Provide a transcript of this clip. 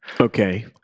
Okay